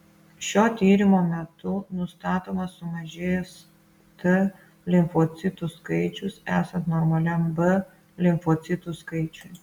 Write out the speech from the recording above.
šio tyrimo metu nustatomas sumažėjęs t limfocitų skaičius esant normaliam b limfocitų skaičiui